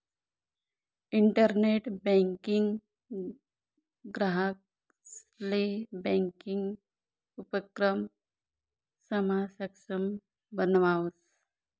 internet banking ग्राहकंसले banking उपक्रमसमा सक्षम बनावस